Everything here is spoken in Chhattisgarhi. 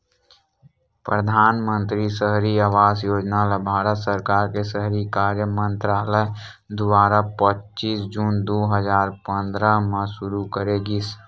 परधानमंतरी सहरी आवास योजना ल भारत सरकार के सहरी कार्य मंतरालय दुवारा पच्चीस जून दू हजार पंद्रह म सुरू करे गिस